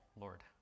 Lord